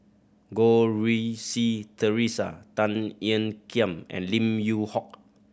Goh Rui Si Theresa Tan Ean Kiam and Lim Yew Hock